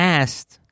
asked